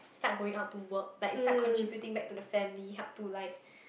start going out to work like start contributing back to the family help to like